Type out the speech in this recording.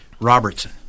Robertson